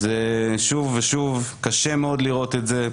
שוב ושוב קשה מאוד לראות את זה.